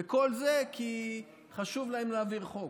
וכל זה כי חשוב להם להעביר חוק.